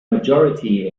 majority